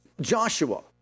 Joshua